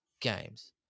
games